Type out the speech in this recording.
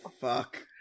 fuck